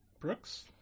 Brooks